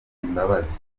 imbabazi